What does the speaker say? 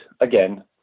again